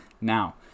Now